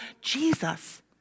Jesus